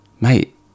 Mate